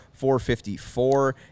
454